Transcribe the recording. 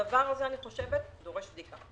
הדבר הזה לטעמי דורש בדיקה.